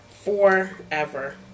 Forever